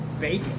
Bacon